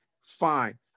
Fine